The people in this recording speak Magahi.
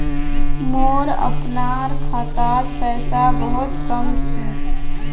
मोर अपनार खातात पैसा बहुत कम छ